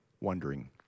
wondering